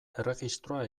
erregistroa